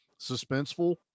suspenseful